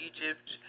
Egypt